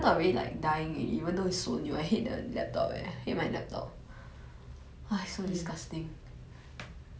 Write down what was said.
(uh huh)